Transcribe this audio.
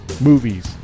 Movies